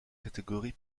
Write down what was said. catégorie